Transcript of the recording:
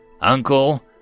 Uncle